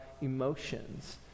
emotions